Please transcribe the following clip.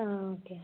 ആ ഓക്കെ